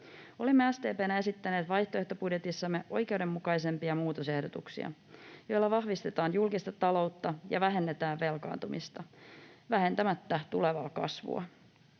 Olemme SDP:nä esittäneet vaihtoehtobudjetissamme oikeudenmukaisempia muutosehdotuksia, joilla vahvistetaan julkista taloutta ja vähennetään velkaantumista vähentämättä tulevaa kasvua.